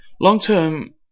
Long-term